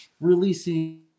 releasing